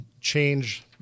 change